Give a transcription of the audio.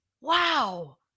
wow